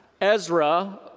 Ezra